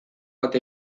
bat